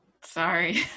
Sorry